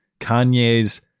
Kanye's